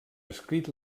escrit